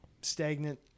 stagnant